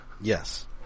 Yes